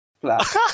flat